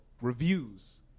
reviews